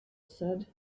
said